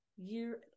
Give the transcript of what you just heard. Year